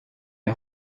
est